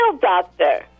doctor